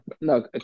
No